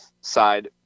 side